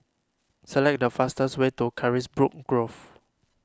select the fastest way to Carisbrooke Grove